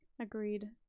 Agreed